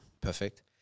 Perfect